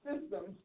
systems